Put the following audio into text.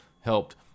helped